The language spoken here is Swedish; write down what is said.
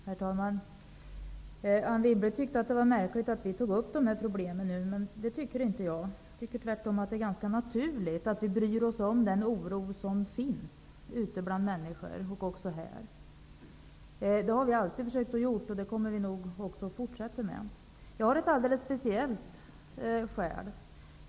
Herr talman! Anne Wibble tyckte att det var märkligt att vi tar upp de här problemen nu, men det tycker inte jag. Jag tycker tvärtom att det är naturligt att vi bryr oss om den oro som finns ute bland människor och även här. Det har vi alltid försökt göra, och det kommer vi nog också att fortsätta med. Jag har ett alldeles speciellt skäl för det.